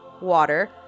water